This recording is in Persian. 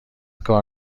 کار